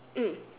mm